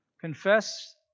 Confess